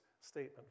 statement